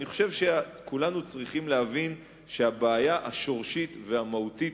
אני חושב שכולנו צריכים להבין שהבעיה השורשית והמהותית